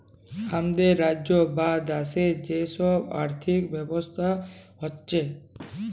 হামাদের রাজ্যের বা দ্যাশের যে সব আর্থিক ব্যবস্থা হচ্যে